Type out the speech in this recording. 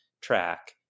track